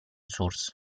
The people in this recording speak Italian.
source